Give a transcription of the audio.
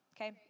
Okay